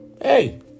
Hey